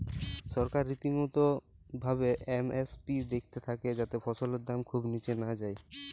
সরকার রীতিমতো ভাবে এম.এস.পি দ্যাখতে থাক্যে যাতে ফসলের দাম খুব নিচে না যায়